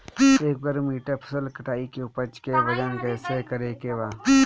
एक वर्ग मीटर फसल कटाई के उपज के वजन कैसे करे के बा?